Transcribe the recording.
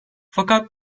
fakat